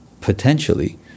potentially